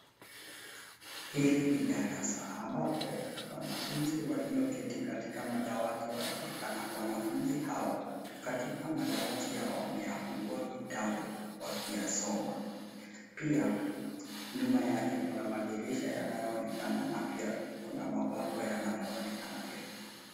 Hili ni darasa ambapo wanafunzi walioketi katika madawati wanaonekana. Wanafunzi hawa katika madawati yao wameyafungua vitabu wakiyasoma. Pia nyuma yake kuna madirisha yanayoonekana na pia kuna mabango yanayoonekana pia.